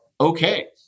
okay